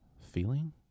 feeling